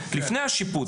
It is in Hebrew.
לפני השיפוץ,